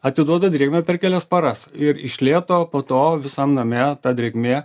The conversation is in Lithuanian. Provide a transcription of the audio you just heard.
atiduoda drėgmę per kelias paras ir iš lėto po to visam name ta drėgmė